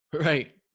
Right